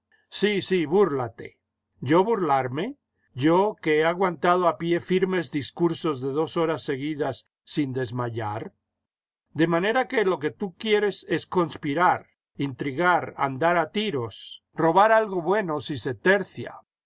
sí sí búrlate jyo burlarme jyo que he aguantado a pie firme discursos de dos horas seguidas sin desmayar de manera que lo que tú quieres es conspirar intrigar andar a tiros robar algo bueno si se tercia